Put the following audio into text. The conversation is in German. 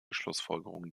schlussfolgerungen